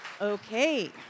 Okay